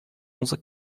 onze